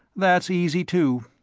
that's easy, too.